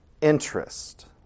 interest